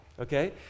okay